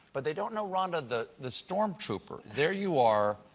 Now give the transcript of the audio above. but they don't know ronda, the the stormtrooper. there you are.